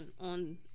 on